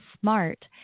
smart